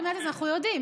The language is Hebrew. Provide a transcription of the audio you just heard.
אנחנו יודעים,